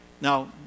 now